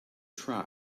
try